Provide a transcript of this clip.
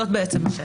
זאת בעצם השאלה.